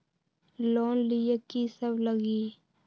Loan लिए की सब लगी?